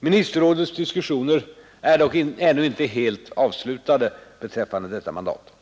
Ministerrådets diskussioner är dock ännu inte helt avslutade beträffande detta mandat.